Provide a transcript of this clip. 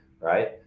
right